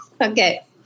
okay